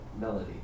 Melody